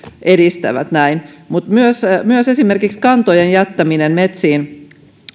edistävät näin myös myös esimerkiksi kantojen jättäminen metsiin